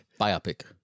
Biopic